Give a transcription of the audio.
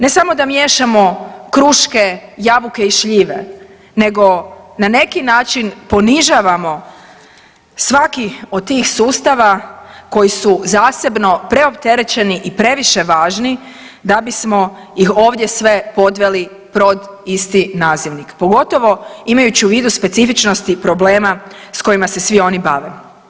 Ne samo da miješamo kruške, jabuke i šljive, nego na neki način ponižavamo svaki od tih sustava koji su zasebno preopterećeni i previše važni da bismo ih ovdje sve podveli pod isti nazivnik, pogotovo imajući u vidu specifičnosti problema s kojima se svi oni bave.